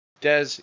Des